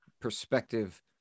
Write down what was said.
perspective